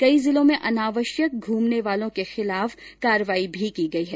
कई जिलों में अनावश्यक घ्रमने वालों के खिलाफ कार्रवाई भी की गई है